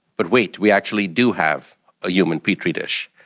but wait, we actually do have a human petri dish.